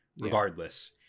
regardless